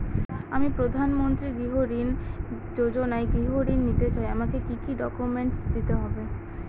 আমি প্রধানমন্ত্রী গৃহ ঋণ যোজনায় গৃহ ঋণ নিতে চাই আমাকে কি কি ডকুমেন্টস দিতে হবে?